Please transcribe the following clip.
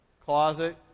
closet